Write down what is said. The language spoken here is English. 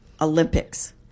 Olympics